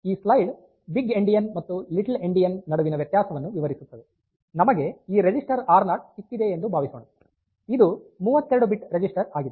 ಈ slide big endian ಮತ್ತು little endian ನಡುವಿನ ವ್ಯತ್ಯಾಸವನ್ನು ವಿವರಿಸುತ್ತದೆ ನಮಗೆ ಈ ರಿಜಿಸ್ಟರ್ ಆರ್0 ಸಿಕ್ಕಿದೆ ಎಂದು ಭಾವಿಸೋಣ ಇದು 32 ಬಿಟ್ ರಿಜಿಸ್ಟರ್ ಆಗಿದೆ